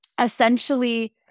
essentially